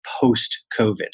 post-COVID